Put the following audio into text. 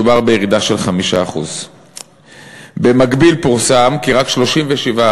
מדובר בירידה של 5%. במקביל פורסם כי רק 37%